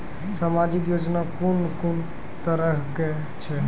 समाजिक योजना कून कून तरहक छै?